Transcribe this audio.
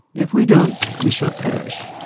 if we don't we shall perish.